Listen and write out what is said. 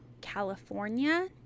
California